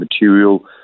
material